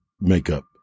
makeup